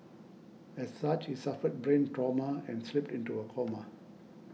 as such he suffered brain trauma and slipped into a coma